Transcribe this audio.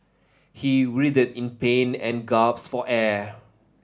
he writhed in pain and gasped for air